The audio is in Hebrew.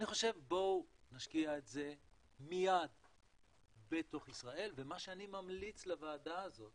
אני חושב שבואו נשקיע את זה מיד בתוך ישראל ומה שאני ממליץ לוועדה הזאת